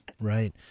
Right